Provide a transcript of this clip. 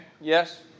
Yes